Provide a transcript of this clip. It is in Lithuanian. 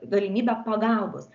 galimybę pagalbos